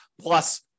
plus